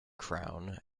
crown